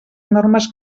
normes